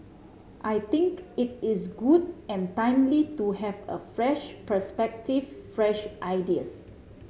I think it is good and timely to have a fresh perspective fresh ideas